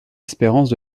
espérance